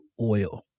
oil